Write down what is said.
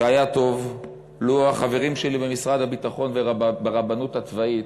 שהיה טוב לו החברים שלי במשרד הביטחון וברבנות הצבאית,